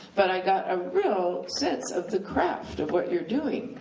but i got a real sense of the craft of what you're doing,